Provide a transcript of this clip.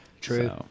True